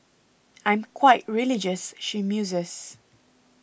I'm quite religious she muses